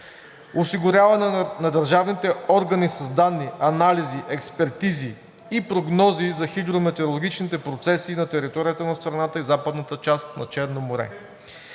осигуряване на държавните органи с данни, анализи, експертизи и прогнози за хидрометеорологичните процеси на територията на страната и западната част на Черно море.